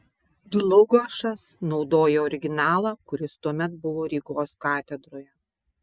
dlugošas naudojo originalą kuris tuomet buvo rygos katedroje